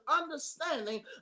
understanding